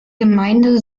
gemeinde